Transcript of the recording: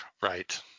Right